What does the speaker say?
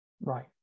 right